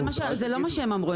זה לא מה שהם אמרו,